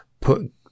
put